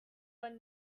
when